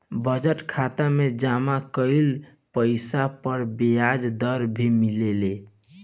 budget खाता में जमा कइल पइसा पर ब्याज दर भी मिलेला